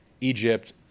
Egypt